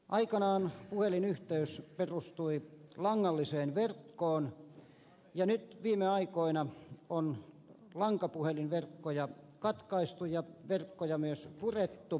aikanaan puhelinyhteys perustui langalliseen verkkoon ja nyt viime aikoina on lankapuhelinverkkoja katkaistu ja verkkoja myös purettu